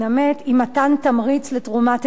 היא מתן תמריץ לתרומת איברים.